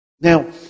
Now